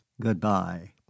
good-bye